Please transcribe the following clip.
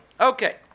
Okay